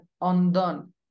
undone